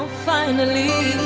finally